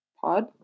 Pod